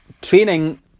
training